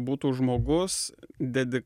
būtų žmogus dedi